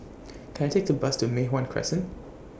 Can I Take The Bus to Mei Hwan Crescent